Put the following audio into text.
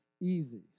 easy